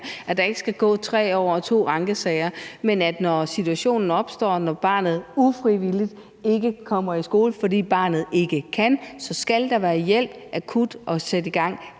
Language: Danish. at der ikke skal gå 3 år og to ankesager, men at når situationen opstår og barnet ufrivilligt ikke kommer i skole, fordi barnet ikke kan, så skal der være akuthjælp, som skal sættes i gang lige